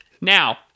Now